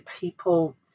people